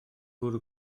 bwrw